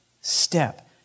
step